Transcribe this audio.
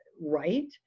right